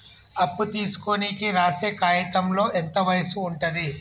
అప్పు తీసుకోనికి రాసే కాయితంలో ఎంత వయసు ఉంటది?